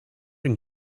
and